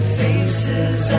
faces